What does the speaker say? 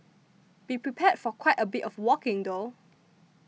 be prepared for quite a bit of walking though